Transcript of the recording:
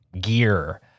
gear